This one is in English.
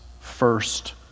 first